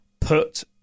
put